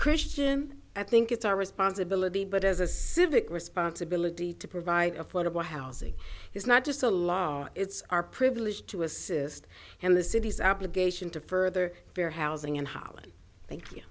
christian i think it's our responsibility but as a civic responsibility to provide affordable housing is not just a law it's our privilege to assist and the city's application to further fair housing in holland thank you